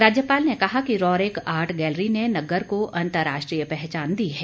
राज्यपाल ने कहा कि रोरिक आर्ट गैलरी ने नग्गर को अंतर्राष्ट्रीय पहचान दी है